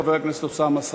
חבר הכנסת אוסאמה סעדי,